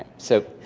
so,